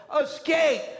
escape